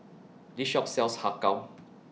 This Shop sells Har Kow